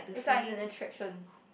it's like an attraction